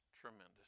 tremendous